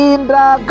Indra